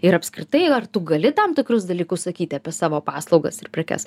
ir apskritai ar tu gali tam tikrus dalykus sakyti apie savo paslaugas ir prekes